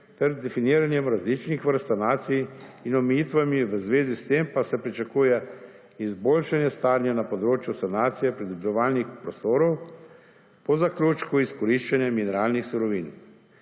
ter definiranjem različnih vrst sanacij in omejitvami, v zvezi s tem pa se pričakuje izboljšanje stanja na področju sanacije pridelovalnih prostorov po zaključku izkoriščanja mineralnih surovin.